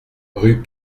rue